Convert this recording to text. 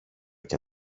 και